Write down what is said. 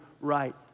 right